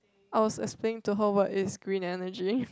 I was explaining to her what is green energy